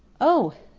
oh!